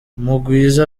mugwiza